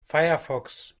firefox